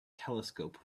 telescope